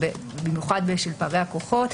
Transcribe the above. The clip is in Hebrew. במיוחד בשל פערי הכוחות.